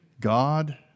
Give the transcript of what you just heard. God